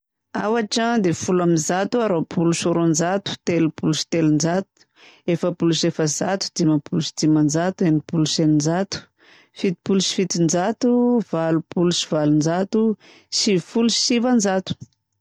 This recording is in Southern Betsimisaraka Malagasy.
Aotra dia folo amby zato a, roapolo sy roanjato, telopolo sy telonjato, efapolo sy efajato, dimampolo sy dimanjato, enimpolo sy eninjato, fitopolo sy fitonjato, valopolo sy valonjato, sivifolo sy sivanjato.